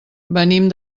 venim